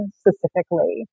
specifically